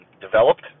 developed